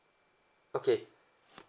okay